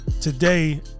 today